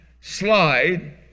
slide